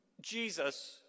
Jesus